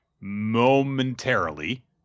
momentarily